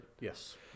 yes